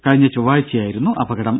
കഴിഞ്ഞ ചൊവ്വാഴ്ച്ചയായിരുന്നു അപകടം